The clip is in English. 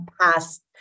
past